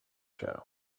show